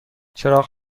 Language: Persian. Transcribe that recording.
چراغ